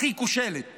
הכי כושלת